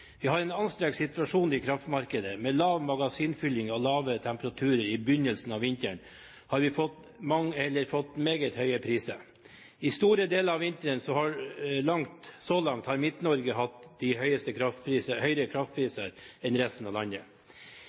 Vi har en anstrengt situasjon i kraftmarkedet med lav magasinfylling og lave temperaturer. I begynnelsen av vinteren har vi fått meget høye priser. I store deler av vinteren har Midt-Norge så langt hatt høyere kraftpriser enn resten av landet.